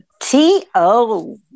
T-O